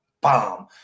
bomb